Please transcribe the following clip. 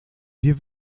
wir